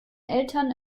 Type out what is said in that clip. eltern